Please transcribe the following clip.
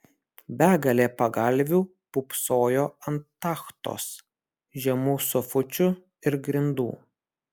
begalė pagalvių pūpsojo ant tachtos žemų sofučių ir grindų